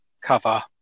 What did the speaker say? cover